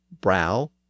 brow